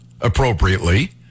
appropriately